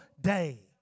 day